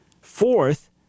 Fourth